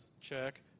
check